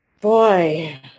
Boy